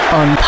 on